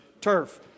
turf